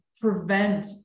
prevent